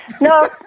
No